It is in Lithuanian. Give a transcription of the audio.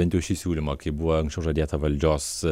bent jau šį siūlymą kaip buvo anksčiau žadėta valdžios